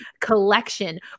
collection